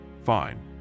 Fine